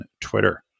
Twitter